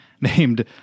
named